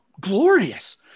glorious